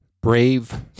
Brave